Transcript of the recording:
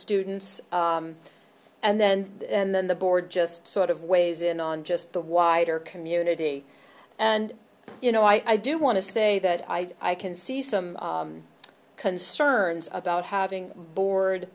students and then and then the board just sort of weighs in on just the wider community and you know i do want to say that i can see some concerns about having board